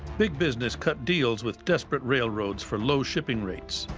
big business cut deals with desperate railroads for low shipping rates,